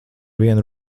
vienu